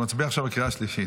נצביע עכשיו בקריאה השלישית.